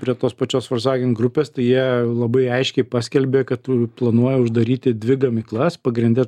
prie tos pačios volkswagen grupės tai jie labai aiškiai paskelbė kad planuoja uždaryti dvi gamyklas pagrinde